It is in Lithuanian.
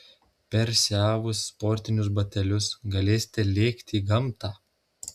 persiavus sportinius batelius galėsite lėkti į gamtą